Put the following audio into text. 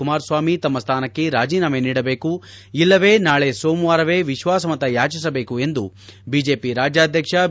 ಕುಮಾರಸ್ವಾಮಿ ತಮ್ಮ ಸ್ಥಾನಕ್ಕೆ ರಾಜೀನಾಮೆ ನೀಡಬೇಕು ಇಲ್ಲವೆ ನಾಳೆ ಸೋಮವಾರವೇ ವಿಶ್ವಾಸಮತ ಯಾಚಿಸಬೇಕು ಎಂದು ಬಿಜೆಪಿ ರಾಜ್ಯಾಧ್ಯಕ್ಷ ಬಿ